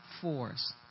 force